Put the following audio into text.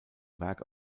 werk